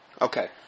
Okay